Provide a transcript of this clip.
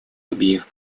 обеих